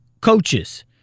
coaches